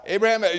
Abraham